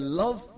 love